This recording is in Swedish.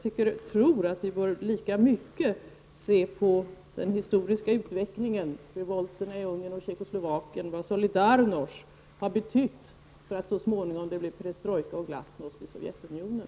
Men vi bör lika mycket se på den historiska utvecklingen, revolten i Ungern och Tjeckoslovakien och vad Solidarnos§é har betytt för att det så småningom skulle bli perestrojka och glasnost i Sovjetunionen.